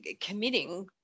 committing